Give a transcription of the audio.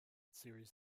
series